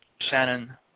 Shannon